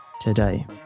today